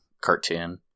cartoon